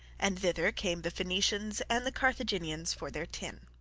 and thither came the phoenicians and the carthaginians for their tin.